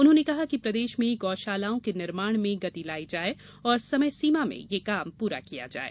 उन्होंने कहा कि प्रदेश में गौशालाओं के निर्माण में गर्ति लाई जाये और समयसीमा में यह काम पूरा किया जाये